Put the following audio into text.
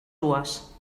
dues